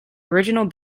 original